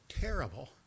terrible